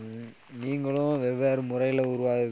நீங்களும் வெவ்வேறு முறையில் உருவாகு